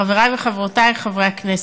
חברי וחברותי חברי הכנסת,